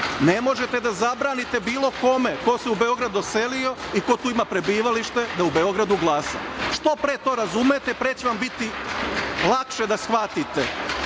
Ne možete da zabranite bilo kome ko se u Beograd doselio i ko tu ima prebivalište da u Beogradu glasa. Što pre to razumete pre će vam biti lakše da shvatite